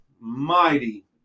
mighty